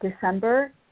December